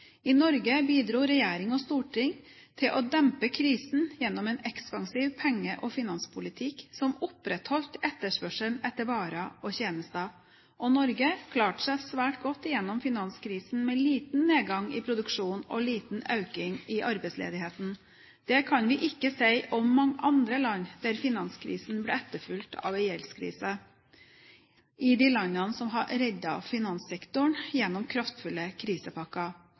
I Norge bidro regjering og storting til å dempe krisen gjennom en ekspansiv penge- og finanspolitikk som opprettholdt etterspørselen etter varer og tjenester. Og Norge klarte seg svært godt gjennom finanskrisen med liten nedgang i produksjonen og liten økning i arbeidsledigheten. Det kan vi ikke si om mange andre land – finanskrisen ble etterfulgt av en gjeldskrise i de landene som hadde reddet finanssektoren gjennom kraftfulle krisepakker.